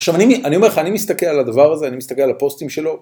עכשיו אני אומר לך, אני מסתכל על הדבר הזה, אני מסתכל על הפוסטים שלו.